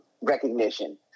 recognition